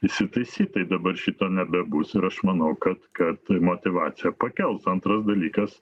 įsitaisyt tai dabar šito nebebus ir aš manau kad kad motyvaciją pakels antras dalykas